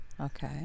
Okay